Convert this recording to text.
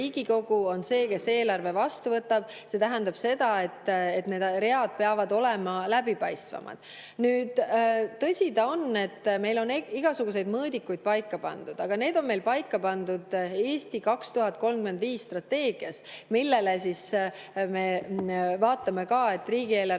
on see, kes eelarve vastu võtab. See tähendab seda, et need read peavad olema läbipaistvamad. Tõsi ta on, et meil on igasuguseid mõõdikuid paika pandud, aga need on meil paika pandud "Eesti 2035" strateegias, mille puhul me vaatame ka, et riigieelarvest